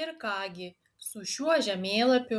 ir ką gi su šiuo žemėlapiu